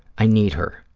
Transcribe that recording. i need her.